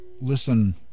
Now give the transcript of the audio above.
Listen